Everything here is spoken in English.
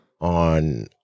on